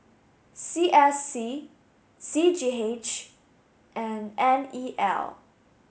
C S C C G H and N E L